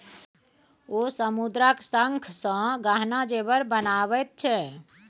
ओ समुद्रक शंखसँ गहना जेवर बनाबैत छै